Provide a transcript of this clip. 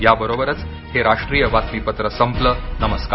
याबरोबरचं हे राष्ट्रीय बातमीपत्र संपलं नमस्कार